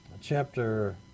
chapter